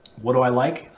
what do i like?